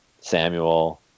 Samuel